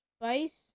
spice